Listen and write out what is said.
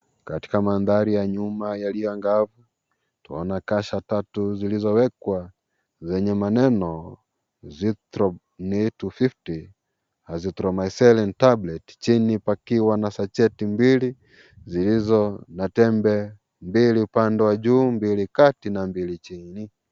Katika manthali ya nyuma yalio angavu, twaona kasha tatu zilizowekwa, zenye maneno,(cs)zitronim 250, azithromithelin tablet(cs), chini pakiwa na sacheti mbili zikiwa na tembe mbili, upande wa juu, mbili kati na mbili chini.